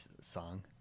song